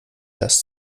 das